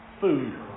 food